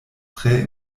tre